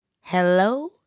Hello